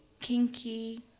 kinky